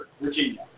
Virginia